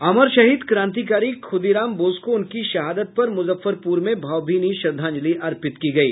अमर शहीद क्रांतिकारी खुदीराम बोस को उनकी शहादत पर मुजफ्फरपुर में भावभीनी श्रद्धांजलि अर्पित की गयी